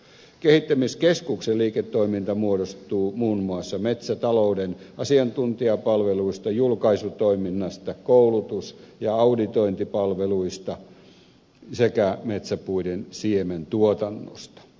kehittämiskeskuksen liiketoiminta muodostuu muun muassa metsätalouden asiantuntijapalveluista julkaisutoiminnasta koulutus ja auditointipalveluista sekä metsäpuiden siementuotannosta